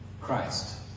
Christ